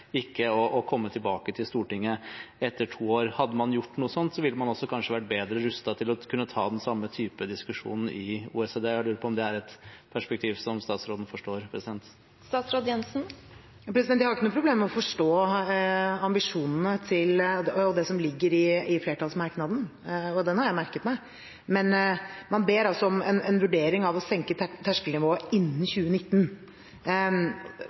ikke, og så komme tilbake til Stortinget etter to år. Hadde man gjort noe sånt, ville man kanskje også vært bedre rustet til å kunne ta den samme diskusjonen i OECD. Jeg lurer på om det er et perspektiv som statsråden forstår? Jeg har ikke noen problemer med å forstå ambisjonene og det som ligger i flertallsmerknaden. Den har jeg merket meg. Men man ber altså om en vurdering av konsekvensene ved å senke terskelnivået innen